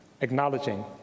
acknowledging